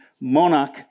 monarch